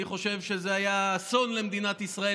אני חושב שזה היה אסון למדינת ישראל,